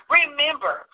remember